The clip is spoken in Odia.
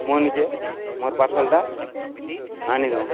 ମୋର୍ନିକେ ମୋର୍ ପାର୍ସଲ୍ଟା ଆଣିଦଉନ୍